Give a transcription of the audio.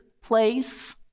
place